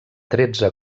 tretze